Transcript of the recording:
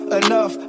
enough